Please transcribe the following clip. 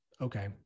Okay